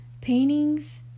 Paintings